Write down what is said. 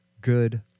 good